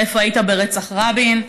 איפה היית ברצח רבין,